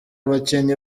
abakinnyi